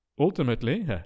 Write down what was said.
Ultimately